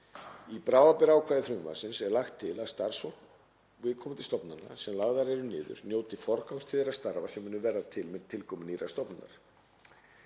Í bráðabirgðaákvæði frumvarpsins er lagt til að starfsfólk viðkomandi stofnana sem lagðar eru niður njóti forgangs til þeirra starfa sem munu verða til með tilkomu nýrrar stofnunar.